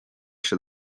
się